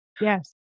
Yes